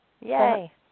Yay